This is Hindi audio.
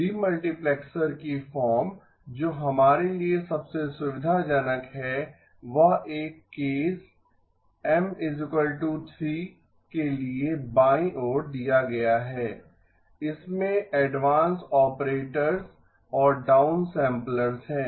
डीमल्टिप्लेक्सर की फॉर्म जो हमारे लिए सबसे सुविधाजनक है वह एक केस M 3 के लिए बाईं ओर दिया गया है इसमें एडवांस ऑपरेटर्स और डाउन सैंपलर्स हैं